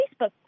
Facebook